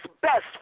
best